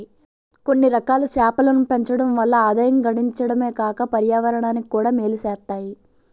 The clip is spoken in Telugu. కొన్నిరకాల చేపలను పెంచడం వల్ల ఆదాయం గడించడమే కాక పర్యావరణానికి కూడా మేలు సేత్తాయి